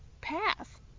path